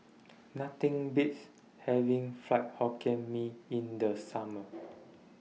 Nothing Beats having Fried Hokkien Mee in The Summer